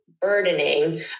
burdening